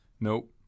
Nope